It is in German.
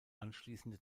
anschließende